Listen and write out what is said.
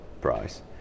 price